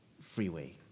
freeway